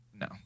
No